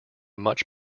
much